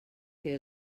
que